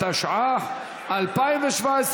התשע"ח 2017,